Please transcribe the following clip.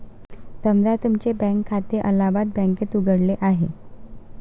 समजा तुमचे बँक खाते अलाहाबाद बँकेत उघडले आहे